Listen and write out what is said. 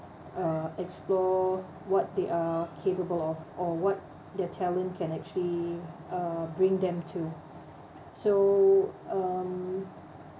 uh explore what they are capable of or what their talent can actually uh bring them to so um